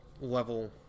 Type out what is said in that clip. level